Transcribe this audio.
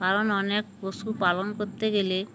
কারণ অনেক পশু পালন করতে গেলে